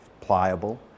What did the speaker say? pliable